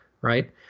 right